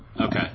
Okay